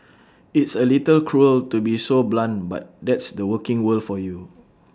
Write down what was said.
it's A little cruel to be so blunt but that's the working world for you